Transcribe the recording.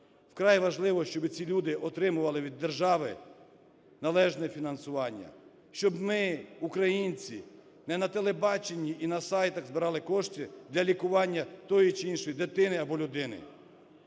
Вкрай важливо, щоби ці люди отримували від держави належне фінансування, щоб ми, українці, не на телебаченні і на сайтах збирали кошти для лікування тої чи іншої дитини або людини.